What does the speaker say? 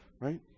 right